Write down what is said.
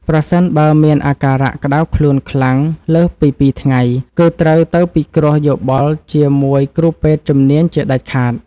ប្រសិនបើមានអាការៈក្ដៅខ្លួនខ្លាំងលើសពីពីរថ្ងៃ គឺត្រូវទៅពិគ្រោះយោបល់ជាមួយគ្រូពេទ្យជំនាញជាដាច់ខាត។